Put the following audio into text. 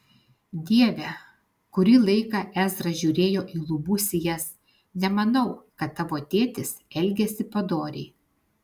dieve kurį laiką ezra žiūrėjo į lubų sijas nemanau kad tavo tėtis elgėsi padoriai